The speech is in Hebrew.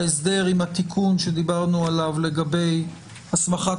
ההסדר עם התיקון שדיברנו עליו לגבי הסמכת